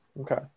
okay